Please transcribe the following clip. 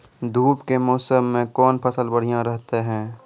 धूप के मौसम मे कौन फसल बढ़िया रहतै हैं?